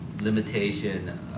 limitation